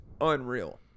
unreal